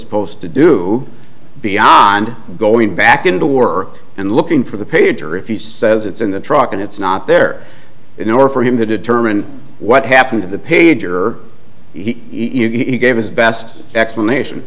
supposed to do beyond going back into work and looking for the pager if you says it's in the truck and it's not there in order for him to determine what happened to the pager he even gave his best explanation